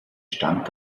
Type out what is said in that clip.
stand